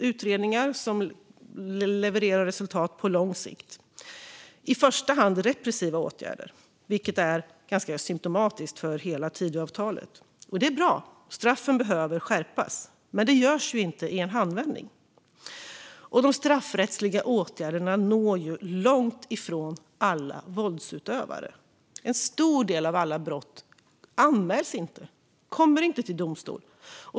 Det är utredningar som levererar resultat på lång sikt. I första hand handlar det om repressiva åtgärder, vilket är symtomatiskt för hela Tidöavtalet. Det är visserligen bra eftersom straffen behöver skärpas, men det görs inte i en handvändning. Och de straffrättsliga åtgärderna når långt ifrån alla våldsutövare. En stor del av alla brott anmäls inte och kommer inte till domstol.